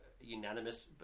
unanimous